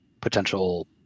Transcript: potential